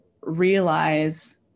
realize